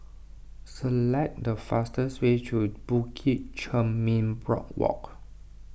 select the fastest way to Bukit Chermin Boardwalk